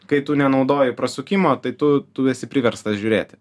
kai tu nenaudoji prasukimo tai tu tu esi priverstas žiūrėti